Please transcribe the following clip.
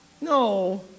no